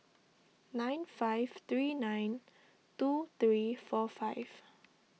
nine five three nine two three four five